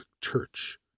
church